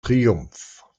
triumph